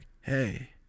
hey